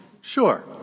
Sure